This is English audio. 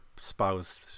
spouse